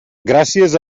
gràcies